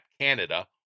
Canada